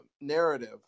narrative